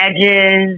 edges